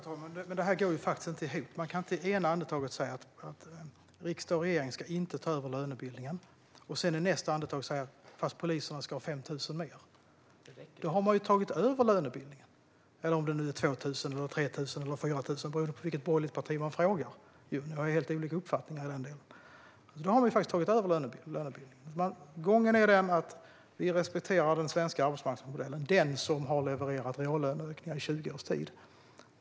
Fru talman! Det här går faktiskt inte ihop. Man kan inte i ena andetaget säga att riksdag och regering inte ska ta över lönebildningen och i nästa andetag säga att poliserna ska ha 5 000 eller om det nu är 2 000, 3 000 eller 4 000 mer, beroende på vilket borgerligt parti man frågar - ni har ju helt olika uppfattningar i den delen. Nu har vi tagit över lönebildningen. Gången är den att vi respekterar den svenska arbetsmarknadsmodellen, den som har levererat våra löneökningar under 20 års tid.